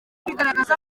bigaragaza